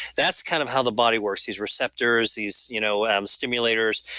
that's kind of how the body works, these receptors these you know um stimulators.